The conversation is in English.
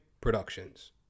Productions